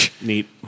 neat